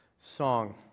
song